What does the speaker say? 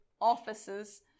offices